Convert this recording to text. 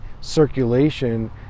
circulation